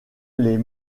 les